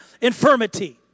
infirmity